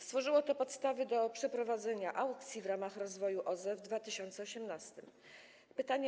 Stworzyło to podstawy do przeprowadzenia aukcji w ramach rozwoju OZE w 2018 r.